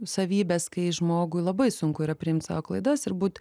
savybės kai žmogui labai sunku yra priimt savo klaidas ir būt